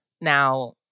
Now